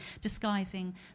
disguising